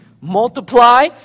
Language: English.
multiply